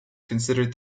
considered